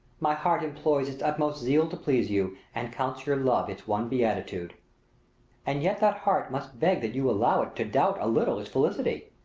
my heart employs its utmost zeal to please you, and counts your love its one beatitude and yet that heart must beg that you allow it to doubt a little its felicity.